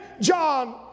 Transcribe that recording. John